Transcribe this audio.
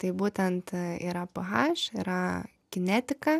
tai būtent yra pėhaš yra kinetika